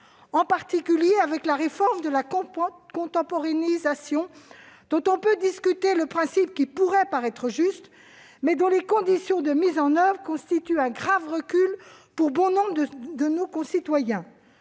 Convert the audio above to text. en particulier avec la réforme de la contemporanéisation des APL, dont on peut discuter le principe- qui pourrait paraître juste -, mais dont les conditions de mise en oeuvre ont constitué un grave recul pour bon nombre de nos concitoyens.